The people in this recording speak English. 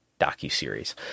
docuseries